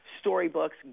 storybooks